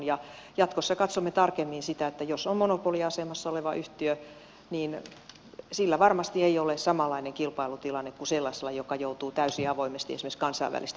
ja jatkossa katsomme tarkemmin sitä että jos on monopoliasemassa oleva yhtiö niin sillä varmasti ei ole samanlainen kilpailutilanne kuin sellaisella joka joutuu täysin avoimesti esimerkiksi kansainvälisesti kilpailemaan